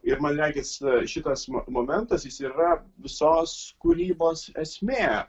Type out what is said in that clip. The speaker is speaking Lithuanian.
ir man regis šitas momentas jis yra visos kūrybos esmė